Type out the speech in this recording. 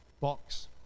box